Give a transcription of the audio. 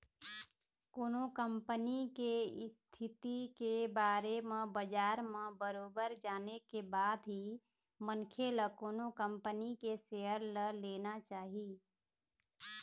कोनो कंपनी के इस्थिति के बारे म बजार म बरोबर जाने के बाद ही मनखे ल कोनो कंपनी के सेयर ल लेना चाही